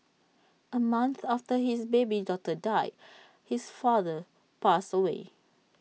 A month after his baby daughter died his father passed away